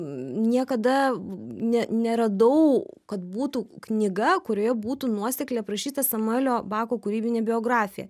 niekada ne neradau kad būtų knyga kurioje būtų nuosekliai aprašyta samuelio bako kūrybinė biografija